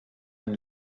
ein